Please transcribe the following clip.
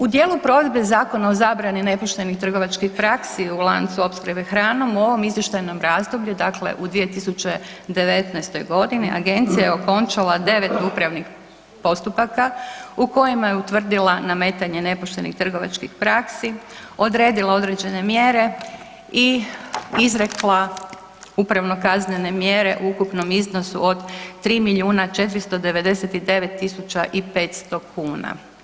U djelu provedbe Zakona o zabrani nepoštenih trgovačkih praksi u lancu opskrbe hranom u ovom izvještajnom razdoblju dakle u 2019. g. agencija je okončala 9 upravnih postupaka u kojima je utvrdila nametanje nepoštenih trgovačkih praksi, odredila određene mjere i izrekla upravno kaznene mjere u ukupnom iznosu od 3 milijuna 499 500 kuna.